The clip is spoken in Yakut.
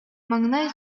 маҥнай